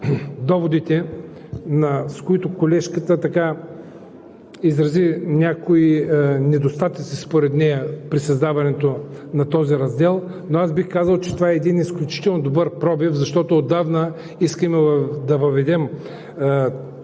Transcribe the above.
доводите, с които колежката изрази някои недостатъци според нея при създаването на този раздел, но аз бих казал, че това е един изключително добър пробив, защото отдавна искаме да въведем